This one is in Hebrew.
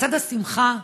לצד השמחה,